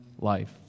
life